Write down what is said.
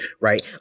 right